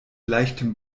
leichtem